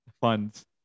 funds